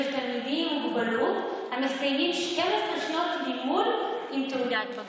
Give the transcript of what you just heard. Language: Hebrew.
תלמידים עם מוגבלות המסיימים 12 שנות לימוד עם תעודת בגרות.